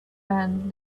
man